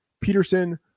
Peterson